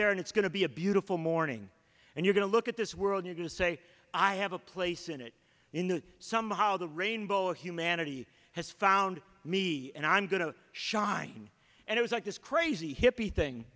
there and it's going to be a beautiful morning and you're going to look at this world you're going to say i have a place in it in the somehow the rainbow of humanity has found me and i'm going to shine and i was like this crazy hippy thing